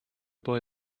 boy